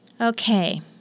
Okay